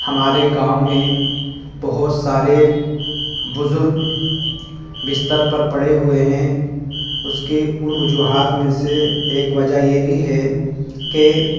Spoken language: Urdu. ہمارے گاؤں میں بہت سارے بزرگ بستر پر پڑے ہوئے ہیں اس کے ان وجوہات میں سے ایک وجہ یہ بھی ہے کہ